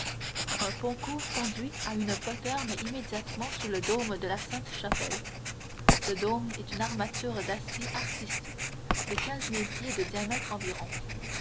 un pont court conduit à une poterne immédiatement sous le dôme de la sainte-chapelle ce dôme est une armature d'acier artistique de quinze mille pieds de diamètre environ